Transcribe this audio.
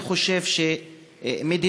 אני חושב שבסוף,